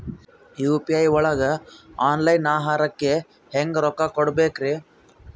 UPI ಒಳಗ online ಆಹಾರಕ್ಕೆ ಹೆಂಗ್ ರೊಕ್ಕ ಕೊಡಬೇಕ್ರಿ?